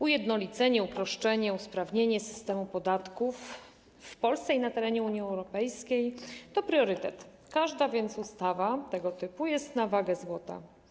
Ujednolicenie, uproszczenie, usprawnienie systemu podatków w Polsce i na terenie Unii Europejskiej to priorytet, więc każda ustawa tego typu jest na wagę złota.